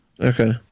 Okay